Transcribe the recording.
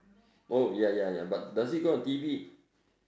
oh ya ya ya but does he go on T_V